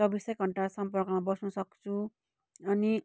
चौबिसै घन्टा सम्पर्कमा बस्नसक्छु अनि